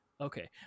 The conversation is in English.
Okay